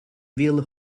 will